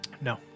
No